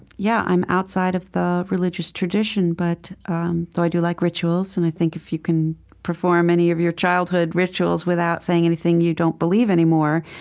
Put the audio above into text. yeah, i'm outside of the religious tradition, but though i do like rituals and i think if you can perform any of your childhood rituals without saying anything you don't believe anymore,